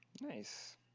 Nice